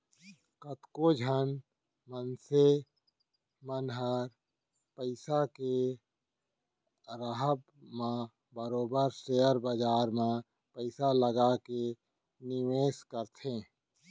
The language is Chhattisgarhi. कतको झन मनसे मन ह पइसा के राहब म बरोबर सेयर बजार म पइसा लगा के निवेस करथे